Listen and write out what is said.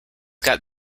got